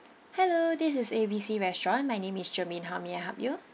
hello this is A B C restaurant my name is germaine how may I help you